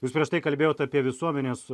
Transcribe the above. jūs prieš tai kalbėjot apie visuomenės